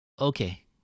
Okay